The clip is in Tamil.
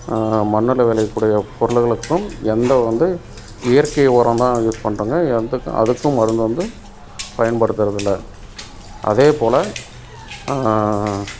மண்ணில் விளைய கூடிய பொருட்களுக்கும் எந்த வந்து இயற்கை உரம் தான் யூஸ் பண்ணுறோம்ங்க எந்த அதுக்கும் மருந்து வந்து பயன்படுத்துகிறது இல்லை அதே போல்